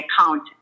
account